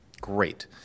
great